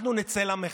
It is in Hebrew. אנחנו נצא למחאה.